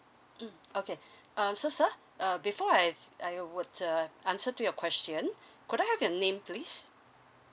mm okay uh so sir uh before I d~ I would uh answer to your question could I have your name please